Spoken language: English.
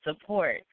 support